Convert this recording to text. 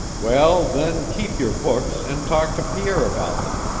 well, then, keep your books and talk to pierre about them.